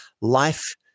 life